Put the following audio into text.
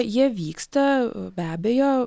jie vyksta be abejo